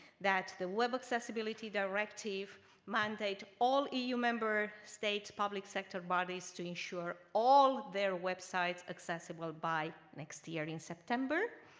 that the web accessibility directive mandate all ah eu member states, public sector bodies to ensure all their websites accessible by next year, in september.